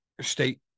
state